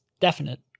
definite